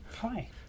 Hi